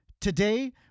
Today